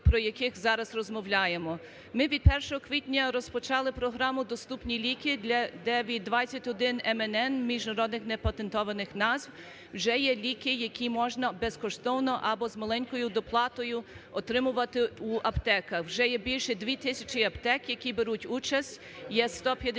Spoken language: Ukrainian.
про які зараз розмовляємо. Ми від 1 квітня розпочали програму "Доступні ліки" для 9.20.1 МНН (міжнародних непатентованих назв). Вже є ліки, які можна безкоштовно або з маленькою доплатою отримувати у аптеках. Вже є більше двох тисяч аптек, які беруть участь, є 157